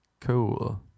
Cool